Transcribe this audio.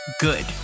good